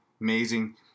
Amazing